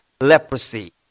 leprosy